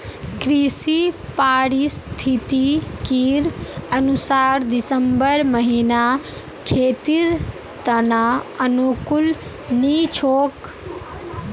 कृषि पारिस्थितिकीर अनुसार दिसंबर महीना खेतीर त न अनुकूल नी छोक